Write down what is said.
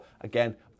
again